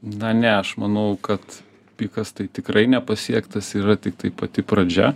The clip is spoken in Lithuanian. na ne aš manau kad pikas tai tikrai nepasiektas yra tiktai pati pradžia